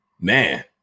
man